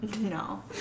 No